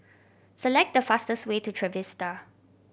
select the fastest way to Trevista